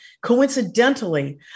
Coincidentally